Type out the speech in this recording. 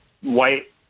white